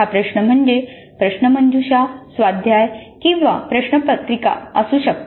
हा प्रश्न म्हणजे प्रश्नमंजुषा स्वाध्याय किंवा प्रश्नपत्रिका असू शकतो